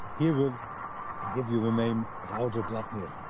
herewith, i give you the name raudrbladnir